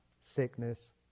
sickness